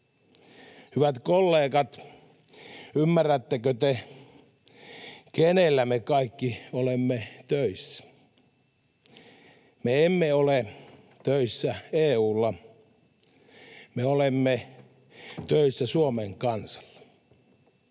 Hyvät kollegat, ymmärrättekö te, kenellä me kaikki olemme töissä? Me emme ole töissä EU:lla, me olemme töissä Suomen kansalle.